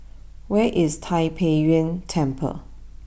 where is Tai Pei Yuen Temple